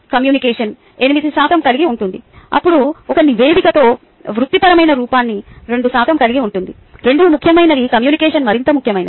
communication 8 శాతం కలిగి ఉంటుంది అప్పుడు ఒక నివేదికతో వృత్తిపరమైన రూపాన్ని 2 శాతం కలిగి ఉంటుంది రెండూ ముఖ్యమైనవి కమ్యూనికేషన్ మరింత ముఖ్యమైనది